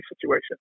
situation